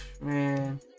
Man